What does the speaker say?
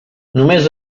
només